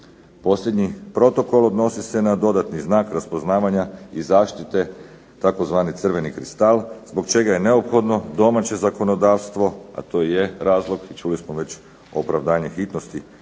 Posljednji protokol odnosi se na dodatni znak raspoznavanja i zaštite tzv. Crveni kristal zbog čega je neophodno domaće zakonodavstvo, a to je razlog čuli smo već opravdanje hitnosti